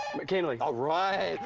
mckinley. alright.